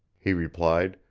he replied,